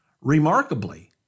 Remarkably